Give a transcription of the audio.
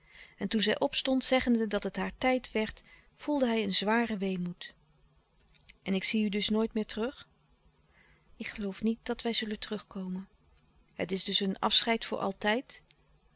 en toen zij opstond zeggende dat het haar tijd werd voelde hij een zwaren weemoed en ik zie u dus nooit meer terug ik geloof niet dat wij zullen terugkomen het is dus een afscheid voor altijd